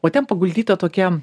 o ten paguldyta tokia